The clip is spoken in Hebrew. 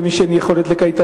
למי שאין לו יכולת לקייטנות.